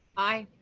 aye,